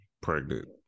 pregnant